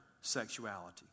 sexuality